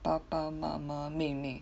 爸爸妈妈妹妹